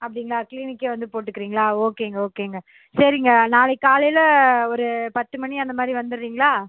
அப்படிங்களா கிளீனிக்கே வந்து போட்டுக்கிறிங்களா ஓகேங்க ஓகேங்க சரிங்க நாளைக்கு காலையில் ஒரு பத்து மணி அந்த மாதிரி வந்துவிட்றிங்களா